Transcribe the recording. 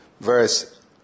verse